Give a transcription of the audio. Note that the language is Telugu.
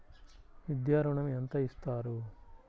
విద్యా ఋణం ఎంత ఇస్తారు?